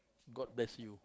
god bless you